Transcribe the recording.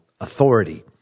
authority